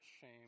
shame